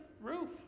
roof